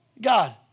God